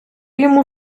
йому